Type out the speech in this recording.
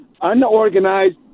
unorganized